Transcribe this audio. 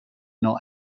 not